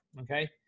Okay